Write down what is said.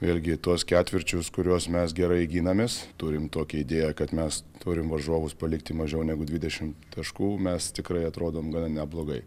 vėlgi tuos ketvirčius kuriuos mes gerai ginamės turim tokią idėją kad mes turim varžovus palikti mažiau negu dvidešimt taškų mes tikrai atrodom gana neblogai